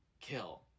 kill